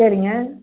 சரிங்க